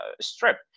Strip